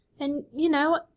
and, you know,